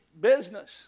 business